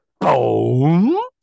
Boom